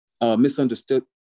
misunderstood